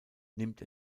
nimmt